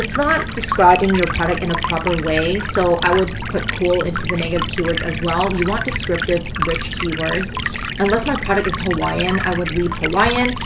it's not describing your product in a proper way so i would put cool into the negative keywords as well. you want to descriptive, rich keywords unless my product is hawaiian, i would leave hawaiian.